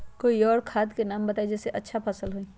और कोइ खाद के नाम बताई जेसे अच्छा फसल होई?